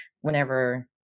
whenever